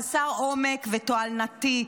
חסר עומק ותועלתני.